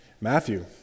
Matthew